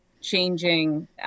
changing